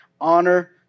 honor